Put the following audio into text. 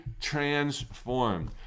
transformed